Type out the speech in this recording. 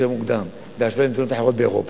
קמים יותר מוקדם בהשוואה למדינות אחרות באירופה.